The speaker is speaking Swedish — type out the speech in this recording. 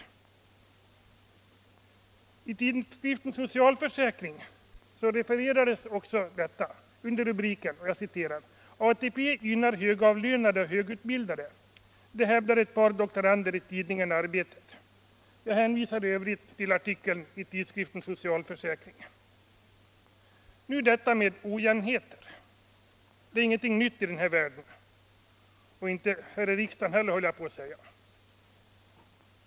Även i tidskriften Social Försäkring refererades deras arbete, under — Vissa delpensionsrubriken ”ATP gynnar högavlönade och högutbildade — det hävdar ett par — frågor m.m. doktorander i tidningen Arbetet”. Jag hänvisar i övrigt till artikeln i denna tidskrift. Denna ojämnhet är ingenting nytt här i världen — inte här i riksdagen heller, skulle jag vilja säga.